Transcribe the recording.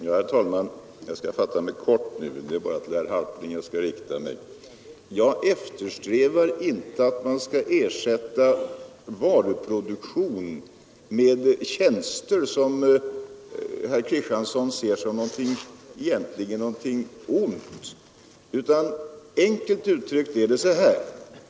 Herr talman! Jag skall fatta mig kort. Det är bara till herr Kristiansson i Harplinge jag skall rikta mig. Jag eftersträvar inte att ersätta varuproduktion med tjänster. Herr Kristiansson ser tydligen detta som något ont, men enkelt uttryckt är det så här.